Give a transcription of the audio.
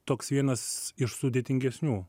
toks vienas iš sudėtingesnių